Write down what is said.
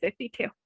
52